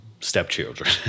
stepchildren